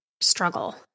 struggle